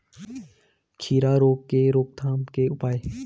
खीरा रोग के रोकथाम के उपाय?